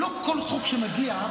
לא כל חוק שמגיע,